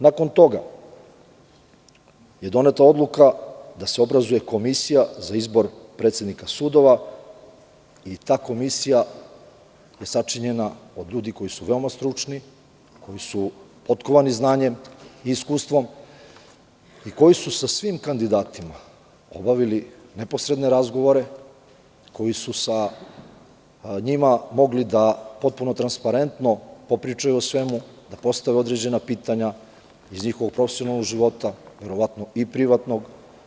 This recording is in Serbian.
Nakon toga je doneta odluka da se obrazuje komisija za izbor predsednika sudova i ta komisija je sačinjena od ljudi koji su veoma stručni, koji su potkovani znanjem i iskustvom i koji su sa svim kandidatima obavili neposredne razgovore, koji su sa njima mogli potpuno transparentno da popričaju o svemu, da postave određena pitanja iz njihovog profesionalnog života, verovatno i privatnog.